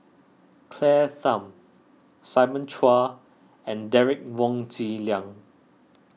Claire Tham Simon Chua and Derek Wong Zi Liang